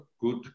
good